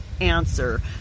answer